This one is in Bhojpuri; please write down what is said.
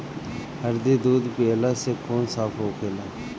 हरदी दूध पियला से खून साफ़ होखेला